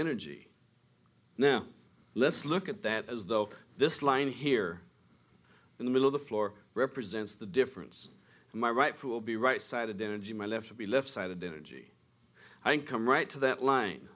energy now let's look at that as though this line here in the middle of the floor represents the difference in my rights will be right sided energy my left of the left side of the energy i come right to that line